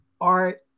art